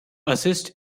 assist